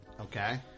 Okay